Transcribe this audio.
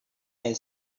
and